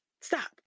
stop